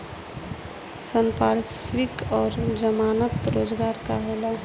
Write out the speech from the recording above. संपार्श्विक और जमानत रोजगार का होला?